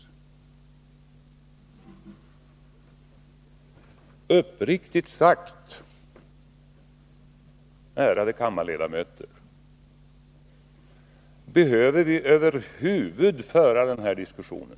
Behöver vi uppriktigt sagt, ärade kammarledamöter, över huvud taget föra den här diskussionen?